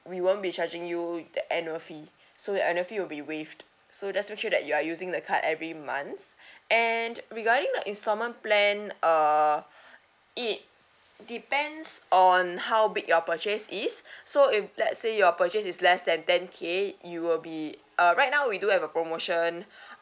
we won't be charging you that annual fee so that annual fee will be waived so just make sure that you are using the card every month and regarding the installment plan uh it depends on how big your purchase is so if let's say your purchase is less than ten K you will be uh right now we do have a promotion